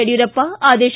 ಯಡಿಯೂರಪ್ಪ ಆದೇಶ